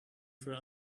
for